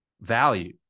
value